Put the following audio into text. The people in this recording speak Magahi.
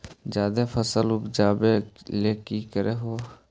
जादे फसल उपजाबे ले की कर हो?